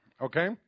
okay